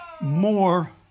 more